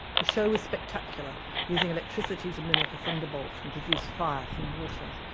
the show was spectacular, using electricity to mimic a thunderbolt, and produce fire from water.